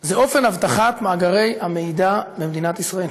זה אופן אבטחת מאגרי המידע במדינת ישראל.